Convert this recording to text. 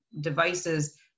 devices